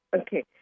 Okay